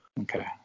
okay